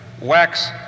wax